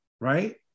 right